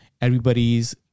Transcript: Everybody's